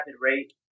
rate